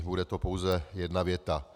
Bude to pouze jedna věta.